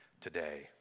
today